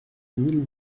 mille